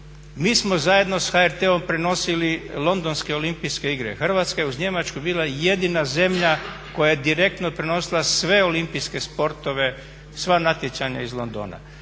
Mi smo zajedno sa HRT-om prenosili Londonske olimpijske igre. Hrvatska je uz Njemačku bila jedina zemlja koja je direktno prenosila sve olimpijske sportove, sva natjecanja iz Londona.